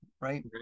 right